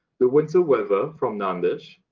the winter weather from nandesh.